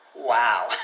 Wow